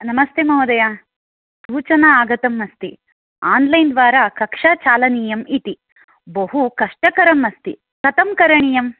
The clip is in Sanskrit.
नमस्ते महोदय सूचना आगतम् अस्ति आन्लैन् द्वारा कक्षा चालनीयम् इति बहु कष्टकरम् अस्ति कथं करणीयम्